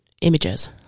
images